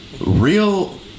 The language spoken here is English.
Real